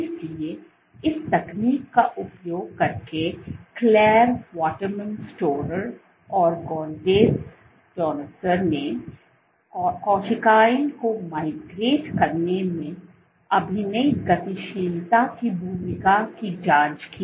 इसलिए इस तकनीक का उपयोग करके क्लेयर वाटरमैन स्टोरर और गौडेन्ज़ डैनयूजरने कोशिकाओं को माइग्रेट करने में अभिनय गतिशीलता की भूमिका की जांच की